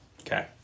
Okay